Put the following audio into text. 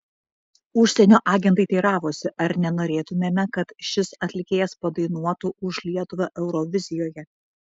užsienio agentai teiravosi ar nenorėtumėme kad šis atlikėjas padainuotų už lietuvą eurovizijoje